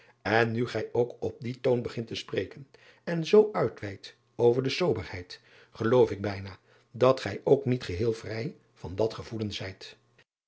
en nu gij ook op dien toon begint te spreken en zoo uitweidt over de soberheid geloof ik bijna dat gij ook niet geheel vrij van dat gevoelen zijt